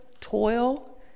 toil